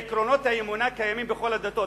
עקרונות האמונה קיימים בכל הדתות,